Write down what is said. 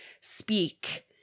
speak